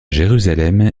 jérusalem